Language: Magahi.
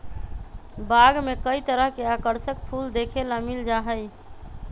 बाग में कई तरह के आकर्षक फूल देखे ला मिल जा हई